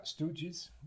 Stooges